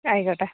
ആയിക്കോട്ടെ